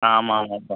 ஆமாம் ஆமாம்ப்பா